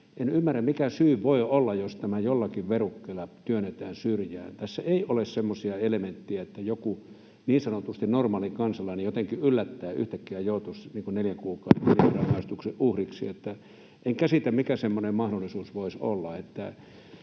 en ymmärrä mikä syy voi olla. Tässä ei ole semmoisia elementtejä, että joku niin sanotusti normaali kansalainen jotenkin yllättäen, yhtäkkiä joutuisi neljän kuukauden virherangaistuksen uhriksi. En käsitä, mikä semmoinen mahdollisuus voisi olla.